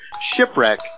Shipwreck